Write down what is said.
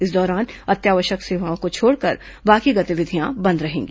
इस दौरान अत्यावश्यक सेवाओं को छोड़कर बाकी गतिविधियां बंद रहेंगी